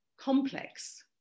complex